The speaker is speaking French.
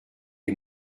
est